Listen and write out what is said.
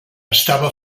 estava